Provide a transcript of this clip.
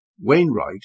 wainwright